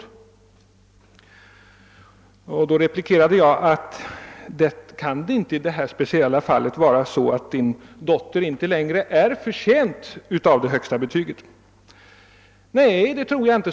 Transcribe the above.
Jag undrade då om det inte kunde vara så att hans dotter inte längre var förtjänt av det högsta betyget, men han svarade: »Nej, det tror jag inte.